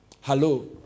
Hello